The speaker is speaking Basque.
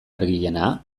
argiena